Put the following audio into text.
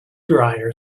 dryer